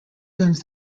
guns